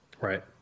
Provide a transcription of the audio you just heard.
right